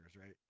right